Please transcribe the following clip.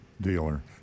dealer